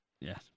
Yes